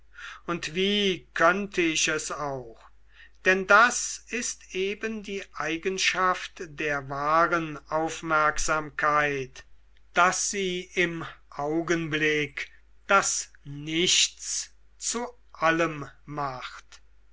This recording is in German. und wie könnte ich es auch denn das ist eben die eigenschaft der wahren aufmerksamkeit daß sie im augenblick das nichts zu allem macht